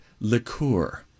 liqueur